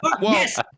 Yes